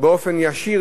באופן ישיר,